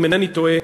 אם אינני טועה,